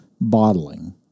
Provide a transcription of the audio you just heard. bottling